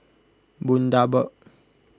Bundaberg